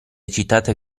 citate